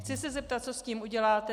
Chci se zeptat, co s tím uděláte.